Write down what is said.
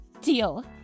Deal